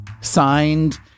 Signed